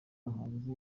hanze